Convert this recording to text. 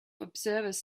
observers